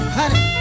honey